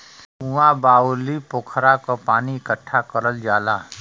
कुँआ, बाउली, पोखरा क पानी इकट्ठा करल जाला